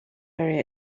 very